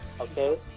Okay